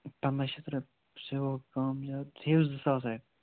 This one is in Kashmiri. پَنٛداہ شتھ رۄپیہِ سُے گوٚو کم یا تھٲوِو زٕ ساس رۄپیہِ